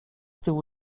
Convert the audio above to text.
tyłu